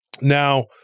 Now